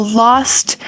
lost